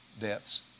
deaths